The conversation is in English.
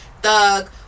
Thug